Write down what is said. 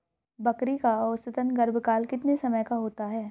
बकरी का औसतन गर्भकाल कितने समय का होता है?